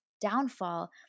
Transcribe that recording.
downfall